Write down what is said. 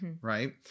Right